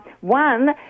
One